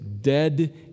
dead